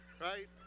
Right